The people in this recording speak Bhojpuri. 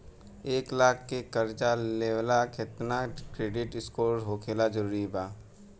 एक लाख के कर्जा लेवेला केतना क्रेडिट स्कोर होखल् जरूरी बा?